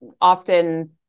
often